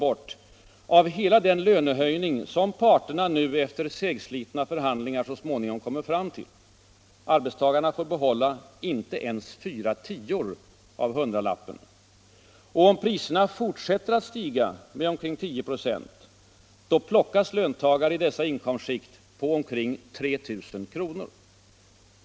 bort av hela den lönehöjning som parterna efter segslitna förhandlingar så småningom kommer fram till. Arbetstagaren får behålla inte ens fyra tior av hundralappen. Om priserna fortsätter stiga med omkring 10 96, plockas löntagare i dessa inkomstskikt på omkring 3 000 kr.